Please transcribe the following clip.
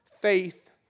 faith